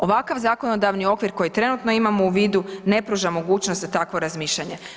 Ovakav zakonodavni okvir koji trenutno imamo u vidu ne pruža mogućnost za takvo razmišljanje.